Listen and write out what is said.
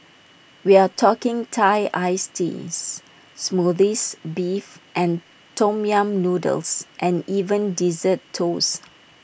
we're talking Thai iced teas Smoothies Beef and Tom yam noodles and even Dessert Toasts